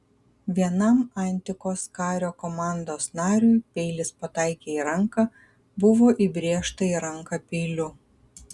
vienam antikos kario komandos nariui peilis pataikė į ranką buvo įbrėžta į ranką peiliu